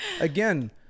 again